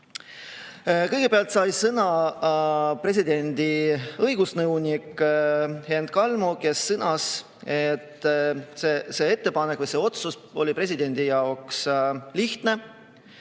Kõigepealt sai sõna presidendi õigusnõunik Hent Kalmo, kes sõnas, et see ettepanek või see otsus oli presidendi jaoks lihtne,